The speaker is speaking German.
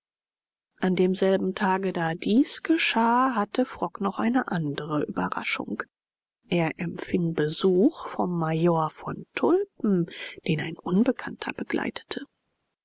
an demselben tage da dies geschah hatte frock noch eine andere überraschung er empfing besuch vom major von tulpen den ein unbekannter begleitete